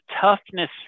toughness